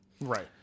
Right